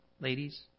ladies